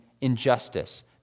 injustice